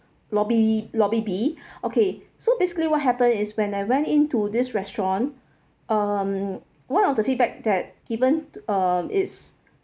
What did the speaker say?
lobby lobby B okay so basically what happen is when I went into this restaurant um one of the feedback that given to um it's